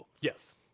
Yes